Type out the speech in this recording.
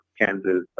Kansas